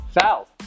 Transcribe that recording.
Foul